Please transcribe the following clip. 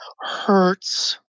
hurts